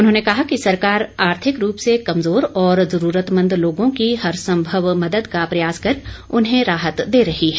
उन्होंने कहा कि सरकार आर्थिक रूप से कमजोर और जरूरतमंद लोगों की हर संभव मदद का प्रयास कर उन्हें राहत दे रही है